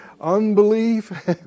Unbelief